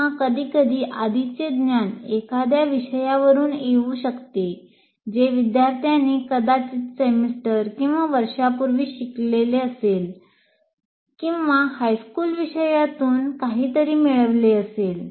किंवा कधीकधी आधीचे ज्ञान एखाद्या विषयावरुन येऊ शकते जे विद्यार्थ्यांनी कदाचित सेमेस्टर किंवा वर्षापूर्वी शिकले असेल किंवा हायस्कूल विषयातून काहीतरी मिळवले असेल